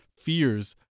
fears